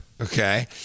okay